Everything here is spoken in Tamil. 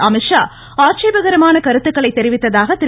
அமீத்ஷா ஆட்சேபகரமான கருத்துக்களை தெரிவித்ததாக திரு